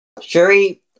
Shuri